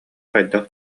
хайдах